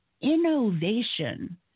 innovation